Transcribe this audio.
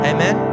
Amen